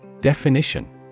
Definition